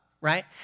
right